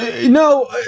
no